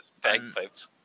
bagpipes